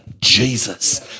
Jesus